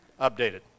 updated